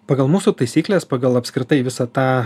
pagal mūsų taisykles pagal apskritai visą tą